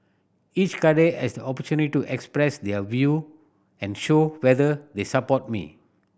each cadre has the opportunity to express their view and show whether they support me